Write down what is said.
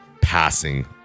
passing